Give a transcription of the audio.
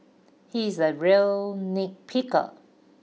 he is a real nitpicker